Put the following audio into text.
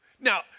Now